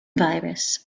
virus